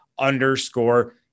underscore